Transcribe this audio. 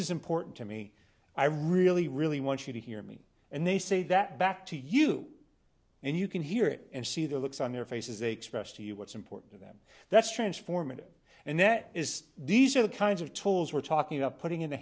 is important to me i really really want you to hear me and they say that back to you and you can hear it and see the looks on their faces a special to you what's important to them that's transformative and that is these are the kinds of tools we're talking about putting in the